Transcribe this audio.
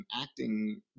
acting